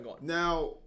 Now